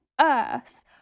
earth